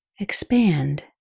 Expand